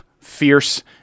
fierce